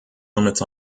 limits